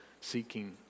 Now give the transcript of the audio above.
seeking